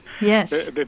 Yes